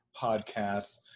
podcasts